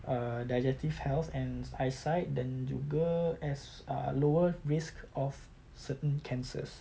err digestive health and eyesight dan juga has a lower risk of certain cancers